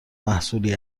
محصولی